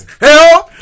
hell